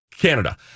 Canada